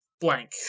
Blank